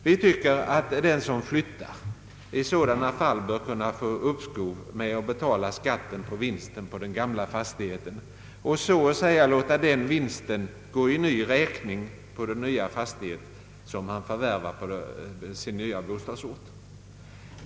Vi tycker att den som flyttar i sådana fall bör kunna få uppskov med att betala skatten på vinsten på den gamla fastigheten och så att säga låta den vinsten gå i ny räkning på den fastighet som han förvärvat på den nya bostadsorten.